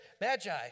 magi